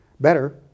better